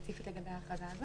(הישיבה נפסקה בשעה 10:55